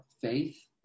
faith